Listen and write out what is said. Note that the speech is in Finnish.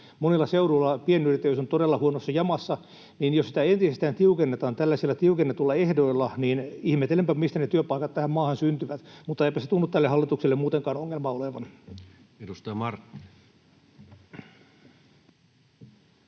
Monilla seuduilla pienyrittäjyys on todella huonossa jamassa, joten jos sitä entisestään tiukennetaan tällaisilla tiukennetuilla ehdoilla, niin ihmettelenpä, mistä ne työpaikat tähän maahan syntyvät. Mutta eipä se tunnu tälle hallitukselle muutenkaan ongelma olevan. [Speech 63]